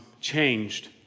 changed